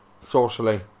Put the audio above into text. socially